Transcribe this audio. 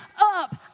up